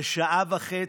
בשעה וחצי.